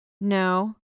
No